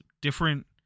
different